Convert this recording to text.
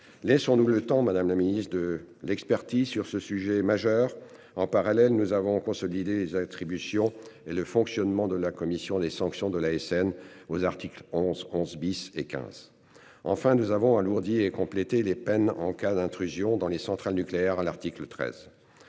Laissons-nous le temps Madame le Ministre de l'expertise sur ce sujet majeur en parallèle nous avons consolidé les attributions et le fonctionnement de la commission des sanctions de l'ASN aux articles 11 11 bis et 15. Enfin nous avons alourdi et compléter les peines en cas d'intrusion dans les centrales nucléaires à l'article 13.